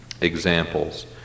examples